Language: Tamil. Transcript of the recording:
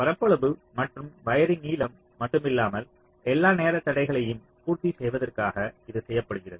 பரப்பளவு மற்றும் வயரின் நீளம் மட்டும் இல்லாமல் எல்லா நேரத் தடைகளையும் பூர்த்தி செய்வதற்காக இது செய்யப்படுகிறது